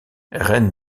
reine